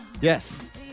Yes